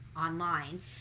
online